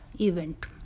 event